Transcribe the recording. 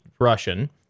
Russian